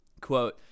quote